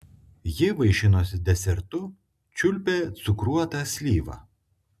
ji vaišinosi desertu čiulpė cukruotą slyvą